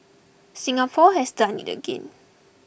Singapore has done it again